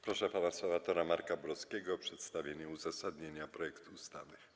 Proszę pana senatora Marka Borowskiego o przedstawienie uzasadnienia projektu ustawy.